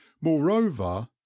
Moreover